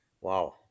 Wow